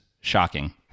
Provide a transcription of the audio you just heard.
shocking